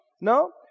no